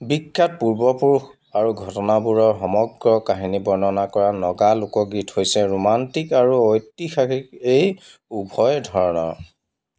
বিখ্যাত পূৰ্বপুৰুষ আৰু ঘটনাবোৰৰ সমগ্ৰ কাহিনী বৰ্ণনা কৰা নগা লোকগীত হৈছে ৰোমাণ্টিক আৰু ঐতিহাসিক এই উভয় ধৰণৰ